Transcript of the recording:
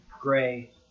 gray